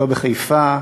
לא בחיפה,